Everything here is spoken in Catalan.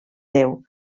déu